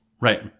Right